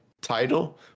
title